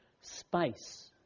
Space